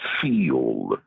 feel